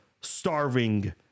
starving